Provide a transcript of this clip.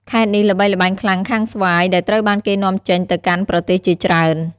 ខេត្តនេះល្បីល្បាញខ្លាំងខាងស្វាយដែលត្រូវបានគេនាំចេញទៅកាន់ប្រទេសជាច្រើន។